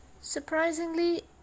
Surprisingly